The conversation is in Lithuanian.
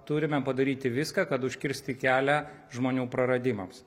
turime padaryti viską kad užkirsti kelią žmonių praradimams